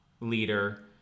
leader